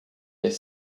their